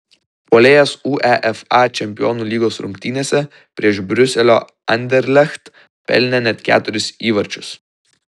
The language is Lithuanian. puolėjas uefa čempionų lygos rungtynėse prieš briuselio anderlecht pelnė net keturis įvarčius